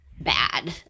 bad